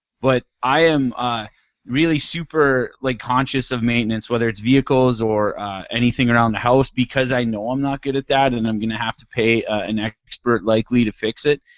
but i am really super like conscious of maintenance whether it's vehicles or anything around the house because i know i'm not good at that and i'm going to have to pay an expert, likely, to fix it.